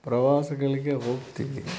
ಪ್ರವಾಸಗಳಿಗೆ ಹೋಗ್ತೀವಿ